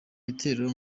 bitero